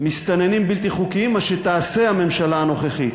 מסתננים בלתי חוקיים, מה שתעשה הממשלה הנוכחית.